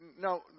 now